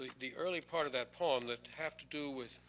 like the early part of that poem that have to do with